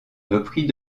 repris